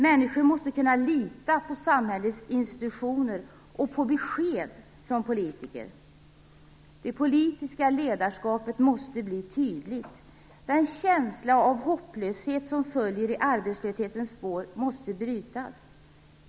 Människor måste kunna lita på samhällets institutioner och på besked från politikerna. Det politiska ledarskapet måste bli tydligt. Den känsla av hopplöshet som följer i arbetslöshetens spår måste brytas.